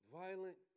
violent